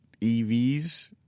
EVs